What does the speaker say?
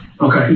Okay